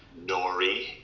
nori